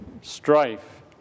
strife